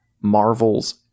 Marvel's